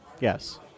Yes